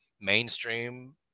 mainstream